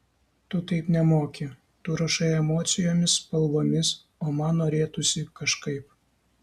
tu taip nemoki tu rašai emocijomis spalvomis o man norėtųsi kažkaip